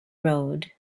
road